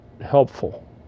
helpful